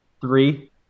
three